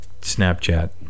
Snapchat